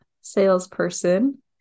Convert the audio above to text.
salesperson